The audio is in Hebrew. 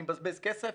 אני מבזבז כסף,